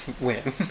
win